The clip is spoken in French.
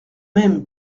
même